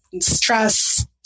stress